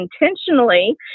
intentionally